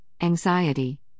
anxiety